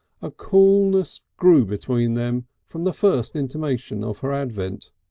a coolness grew between them from the first intimation of her advent.